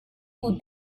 بود